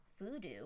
voodoo